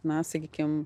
na sakykim